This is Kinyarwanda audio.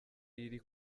riri